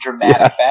dramatic